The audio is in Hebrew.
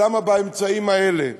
ולמה באמצעים האלה.